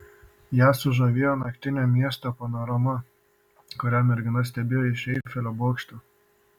ją sužavėjo naktinio miesto panorama kurią mergina stebėjo iš eifelio bokšto